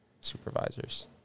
Supervisors